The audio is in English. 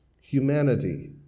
Humanity